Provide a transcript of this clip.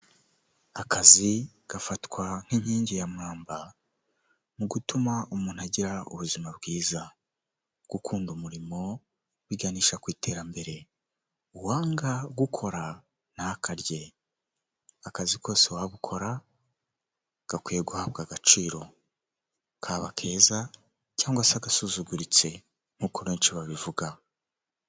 Akazi gafatwa nk'inkingi yamwamba mu gutuma umuntu agira ubuzima bwiza, gukunda umurimo biganisha ku iterambere, uwanga gukora ntakarye, akazi kose waba ukora gakwiye guhabwa agaciro, kaba keza cyangwa se agasuzuguritse nkuko' benshi babivuga.